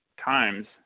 times